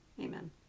Amen